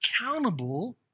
accountable